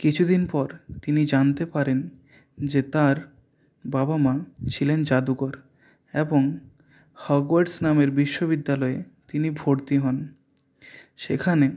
কিছুদিন পর তিনি জানতে পারেন যে তার বাবা মা ছিলেন জাদুকর এবং হগওয়ার্টস নামের বিশ্ববিদ্যালয় তিনি ভর্তি হন সেখানে